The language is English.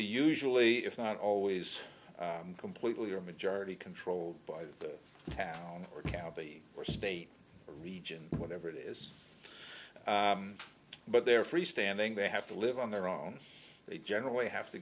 usually it's not always completely or majority controlled by the town or county or state region whatever it is but they're freestanding they have to live on their own they generally have to